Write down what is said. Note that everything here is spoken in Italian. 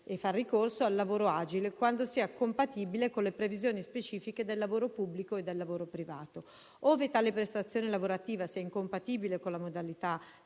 e far ricorso al lavoro agile, quando sia compatibile con le previsioni specifiche del lavoro pubblico e del lavoro privato. Ove tale prestazione lavorativa sia incompatibile con la modalità